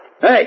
Hey